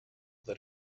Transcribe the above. that